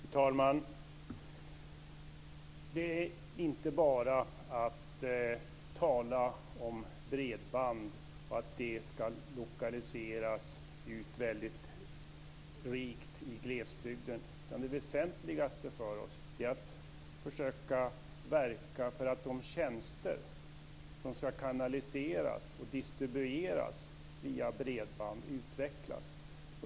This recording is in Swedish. Fru talman! Det är inte bara att tala om bredband och att det ska lokaliseras ut rikt i glesbygden. Det väsentligaste för oss är att försöka verka för att de tjänster som ska kanaliseras och distribueras via bredband utvecklas.